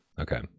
Okay